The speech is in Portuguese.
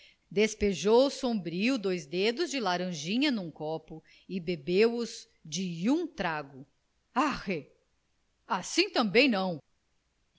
despejou sombrio dois dedos de laranjinha num copo e bebeu os de um trago arre assim também não